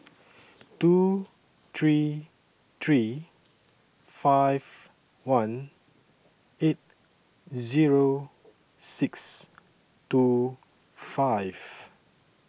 two three three five one eight Zero six two five